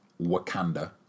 Wakanda